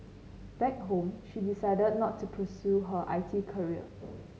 back home she decided not to pursue an I T career